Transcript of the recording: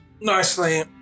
Nicely